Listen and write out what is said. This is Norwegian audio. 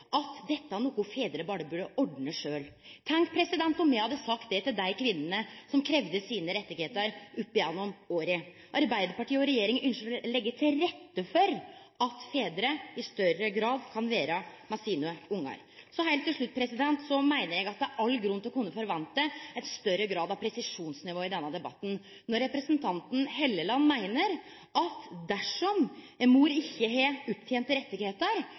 at dette er noko fedrar berre burde ordne sjølve. Tenk om me hadde sagt det til dei kvinnene som opp gjennom åra har kravd sine rettar! Arbeidarpartiet og regjeringa ynskjer å leggje til rette for at fedrar i større grad kan vere med ungane sine. Heilt til slutt: Eg meiner at det er all grunn til å kunne forvente ein større grad av presisjonsnivå i denne debatten. Representanten Hofstad Helleland meiner at dersom mor ikkje har